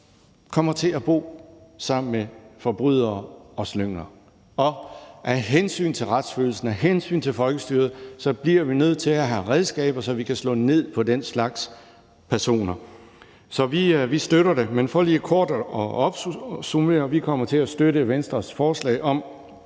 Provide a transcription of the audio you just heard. kommer til at bo sammen med forbrydere og slyngler. Og af hensyn til retsfølelsen, af hensyn til folkestyret bliver vi nødt til at have redskaber, så vi kan slå ned på den slags personer. Så vi støtter det, men for lige kort at opsummere: Vi kommer til at støtte Venstres ændringsforslag om,